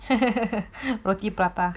roti prata